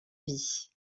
vie